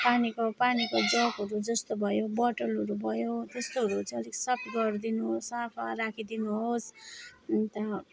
पानीको पानीको जगहरू जस्तो भयो बोतलहरू भयो त्यस्तोहरू चाहिँ अलिक सर्भ्ड गरिदिनु होस् सफा राखिदिनु होस् अन्त